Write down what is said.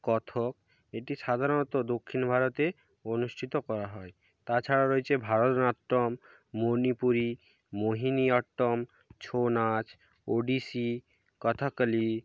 কত্থক এটি সাধারণত দক্ষিণ ভারতে অনুষ্ঠিত করা হয় তাছাড়াও রয়েছে ভারতনাট্যম মণিপুরী মোহিনীঅট্টম ছৌ নাচ ওড়িশি কথাকলি